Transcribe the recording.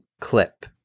clip